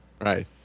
Right